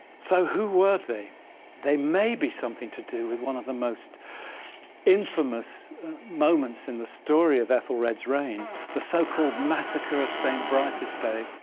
so who were they they? maybe something to do with one of the most infamous moments in the story of ethelred's reign the so-called massacre of st. brice's day,